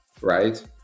right